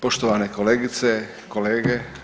Poštovane kolegice, kolege.